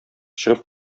чыгып